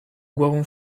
głową